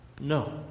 No